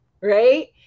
right